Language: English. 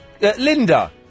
Linda